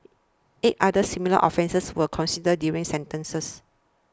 eight others similar offences were considered during sentencing